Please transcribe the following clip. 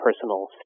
personal